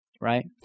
right